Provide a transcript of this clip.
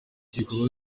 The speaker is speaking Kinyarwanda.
igikorwa